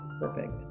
Perfect